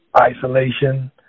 Isolation